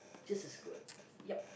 just as good yep